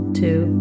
two